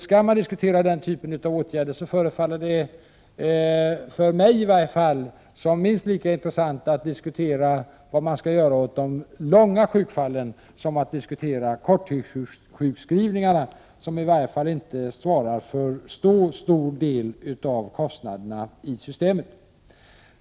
Skall man diskutera den typen av åtgärder, förefaller det i alla fall mig minst lika intressant att diskutera vad man skulle kunna göra åt de långa sjukdomsfallen som att diskutera korttidssjukskrivningarna, som i varje fall inte svarar för så stor del av kostnaderna i systemet.